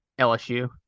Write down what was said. LSU